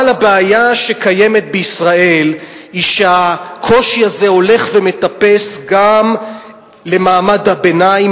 אבל הבעיה שקיימת בישראל היא שהקושי הזה הולך ומטפס גם למעמד הביניים,